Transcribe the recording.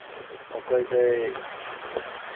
ᱚᱠᱚᱭ ᱫᱚᱭ